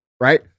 right